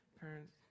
parents